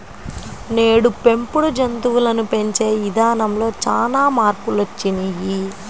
నేడు పెంపుడు జంతువులను పెంచే ఇదానంలో చానా మార్పులొచ్చినియ్యి